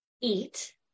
eat